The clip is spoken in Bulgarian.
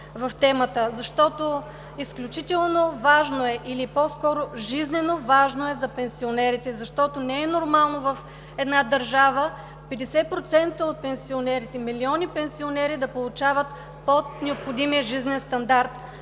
в темата, защото изключително важно е, или по-скоро жизненоважно е за пенсионерите, защото не е нормално в една държава 50% от пенсионерите, милиони пенсионери да получават под необходимия жизнен стандарт.